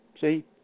See